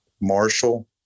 Marshall